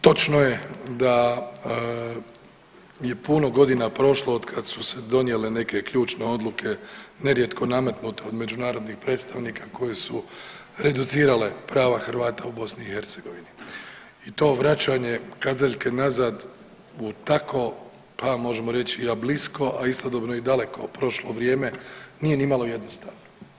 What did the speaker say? Točno je da je puno godina prošlo otkad su se donijele neke ključne odluke nerijetko nametnute od međunarodnih predstavnika koje su reducirale prava Hrvata u BiH i to vraćanje kazaljke nazad u tako pa možemo reći a blisko, a istodobno i daleko prošlo vrijeme nije nimalo jednostavno.